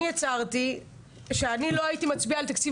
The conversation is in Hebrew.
אני הצהרתי שאני לא הייתי מצביעה על תקציב